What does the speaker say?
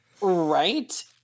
Right